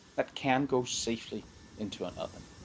that can go safely into an oven.